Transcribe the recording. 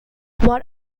what